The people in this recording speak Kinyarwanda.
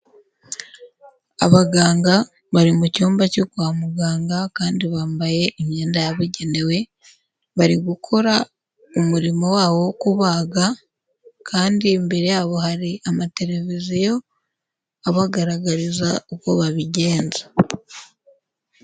Abaganga bari mu cyumba cyo kwa muganga kandi bambaye imyenda yabugenewe, bari gukora umurimo wabo wo kubaga kandi imbere yabo hari amateleviziyo, abagaragariza uko babigenza.